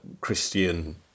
Christian